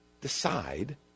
decide